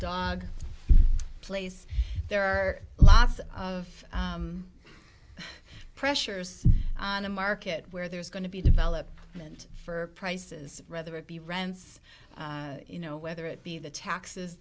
dog place there are lots of pressures on a market where there's going to be development for prices rather it be rents you know whether it be the taxes